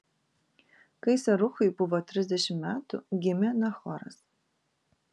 kai seruchui buvo trisdešimt metų gimė nachoras